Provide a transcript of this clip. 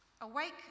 Awake